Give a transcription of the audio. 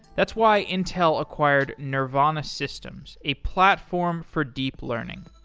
that's why intel acquired nervana systems, a platform for deep learning.